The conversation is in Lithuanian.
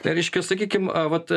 reiškia sakykim vat